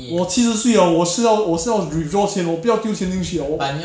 我七十岁 liao 我是要我是要 withdraw 钱我不要丢钱进去 liao 我